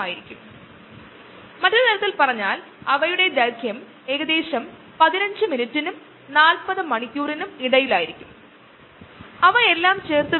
അതിനാൽ മറ്റൊരു വിധത്തിൽ പറഞ്ഞാൽ ഇവിടത്തെ കോശങ്ങൾ യഥാർത്ഥത്തിൽ ആത്മഹത്യ ചെയ്തു അതാണ് നമുക്ക് ഈ അക്കങ്ങൾ നൽകിയത് അവ പ്രവർത്തനക്ഷമമാണ്